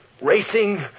Racing